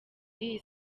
y’iyi